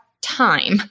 time